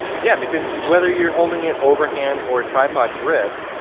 yeah, because whether you're holding it overhand or a tripod grip,